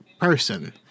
person